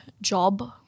job